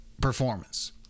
performance